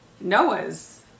Noah's